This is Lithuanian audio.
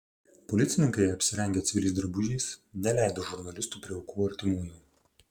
policininkai apsirengę civiliais drabužiais neleido žurnalistų prie aukų artimųjų